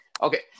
okay